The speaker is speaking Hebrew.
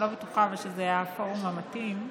לא בטוחה אבל שזה הפורום המתאים.